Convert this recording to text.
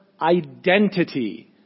identity